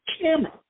camera